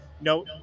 no